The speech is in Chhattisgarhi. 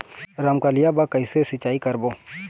रमकलिया बर कइसे सिचाई करबो?